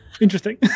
interesting